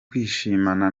kwishimana